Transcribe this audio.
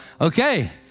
okay